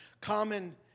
common